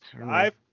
Five